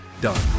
Done